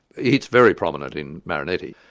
it's very prominent in marinetti,